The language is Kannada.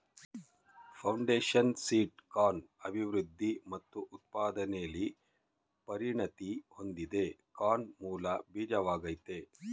ಫೌಂಡೇಶನ್ ಸೀಡ್ ಕಾರ್ನ್ ಅಭಿವೃದ್ಧಿ ಮತ್ತು ಉತ್ಪಾದನೆಲಿ ಪರಿಣತಿ ಹೊಂದಿದೆ ಕಾರ್ನ್ ಮೂಲ ಬೀಜವಾಗಯ್ತೆ